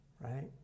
right